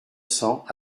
cents